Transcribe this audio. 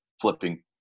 flipping